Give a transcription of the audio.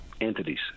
entities